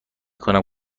کنم